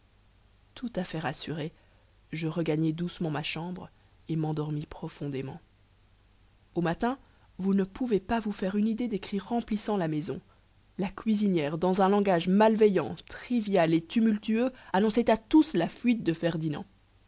tout à fait rassuré je regagnai doucement ma chambre et mendormis profondément au matin vous ne pouvez pas vous faire une idée des cris remplissant la maison la cuisinière dans un langage malveillant trivial et tumultueux annonçait à tous la fuite de ferdinand